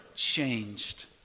changed